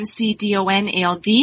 mcdonald